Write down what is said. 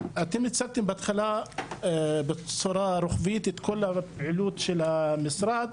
אתם הצגתם בהתחלה בצורה רוחבית את כל הפעילות של המשרד,